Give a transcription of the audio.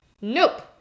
Nope